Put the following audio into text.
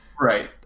Right